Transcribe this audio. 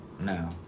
No